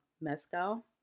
Mescal